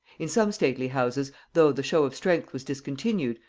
in some stately houses, though the show of strength was discontinued,